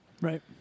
Right